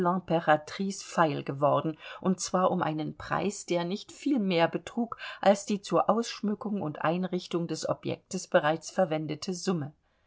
feil geworden und zwar um einen preis der nicht viel mehr betrug als die zur ausschmückung und einrichtung des objekts bereits verwendete summe